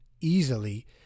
easily